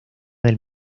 del